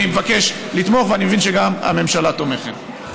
אני מבקש לתמוך, ואני מבין שגם הממשלה תומכת.